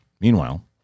Meanwhile